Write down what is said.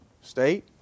state